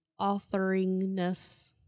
authoringness